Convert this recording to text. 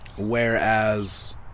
Whereas